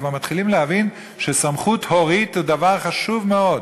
כבר מתחילים להבין שסמכות הורית היא דבר חשוב מאוד.